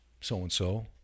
so-and-so